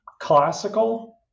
classical